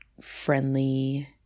friendly